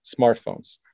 smartphones